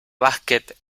basket